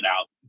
out